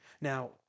now